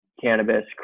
cannabis